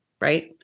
right